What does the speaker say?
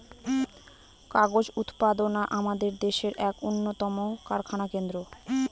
কাগজ উৎপাদনা আমাদের দেশের এক উন্নতম কারখানা কেন্দ্র